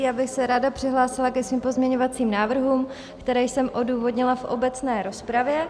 Já bych se ráda přihlásila ke svým pozměňovacím návrhům, které jsem odůvodnila v obecné rozpravě.